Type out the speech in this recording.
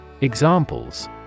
Examples